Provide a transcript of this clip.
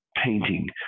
Painting